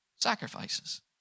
Sacrifices